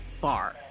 far